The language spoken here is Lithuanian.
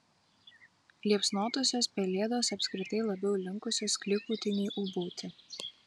liepsnotosios pelėdos apskritai labiau linkusios klykauti nei ūbauti